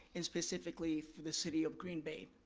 and specifically for the city of green bay.